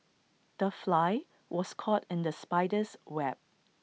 the fly was caught in the spider's web